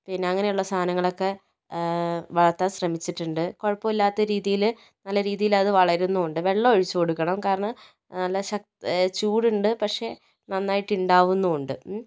പിന്നെ അങ്ങനെയുള്ള സാധനങ്ങളൊക്കെ വളർത്താൻ ശ്രമിച്ചിട്ടുണ്ട് കുഴപ്പമില്ലാത്ത രീതിയിൽ നല്ല രീതിയിൽ അത് വളരുന്നുമുണ്ട് വെള്ളമൊഴിച്ചു കൊടുക്കണം കാരണം നല്ല ശക് ചൂടുണ്ട് പക്ഷെ നന്നായിട്ടുണ്ടാവുന്നുണ്ട്